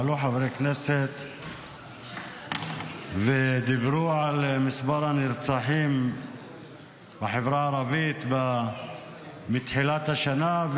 עלו חברי כנסת ודיברו על מספר הנרצחים בחברה הערבית מתחילת השנה,